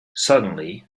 suddenly